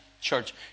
church